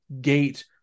gate